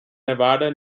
nevada